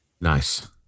Nice